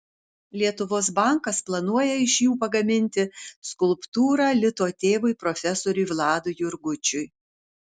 lietuvos bankas planuoja iš jų pagaminti skulptūrą lito tėvui profesoriui vladui jurgučiui